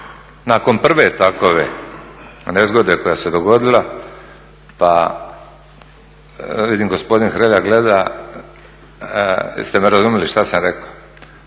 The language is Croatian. nakon prve takve nezgode koja se dogodila pa vidim gospodin Hrelja gleda, jeste me razumili šta sam rekao?